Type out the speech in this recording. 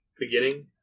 Beginning